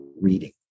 reading